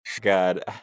God